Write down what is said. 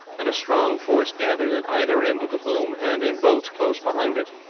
and a strong force gathered at either end of the boom and in boats close behind it,